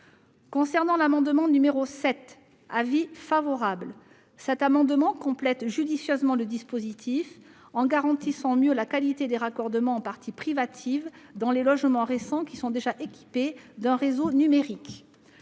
adopté, l'amendement n° 7 rectifié compléterait judicieusement le dispositif en garantissant mieux la qualité des raccordements en partie privative dans les logements récents, qui sont déjà équipés d'un réseau numérique.